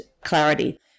clarity